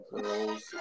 girls